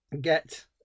get